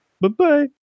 Bye-bye